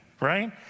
right